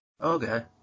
Okay